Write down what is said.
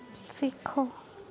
सिक्खो